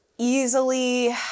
easily